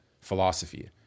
philosophy